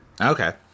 Okay